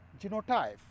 genotype